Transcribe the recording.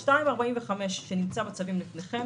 2.45% שנמצא בצווים לפניכם,